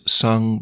sung